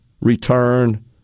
return